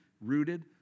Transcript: Rooted